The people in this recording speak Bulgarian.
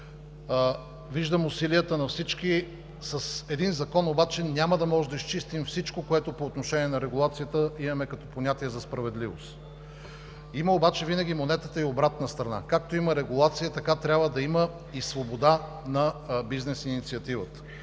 Виждам усилията на всички. С един закон обаче няма да можем да изчистим всичко, което е по отношение на регулацията и имаме като понятие за справедливост. Монетата винаги има и обратна страна – както има регулация, така трябва да има и свобода за бизнес инициативата.